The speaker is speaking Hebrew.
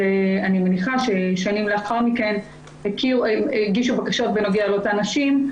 אני מניחה ששנים לאחר מכן הגישו בקשות בנוגע לאותן נשים.